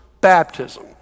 baptism